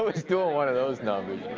was doing one of those numbers.